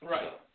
Right